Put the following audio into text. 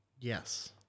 Yes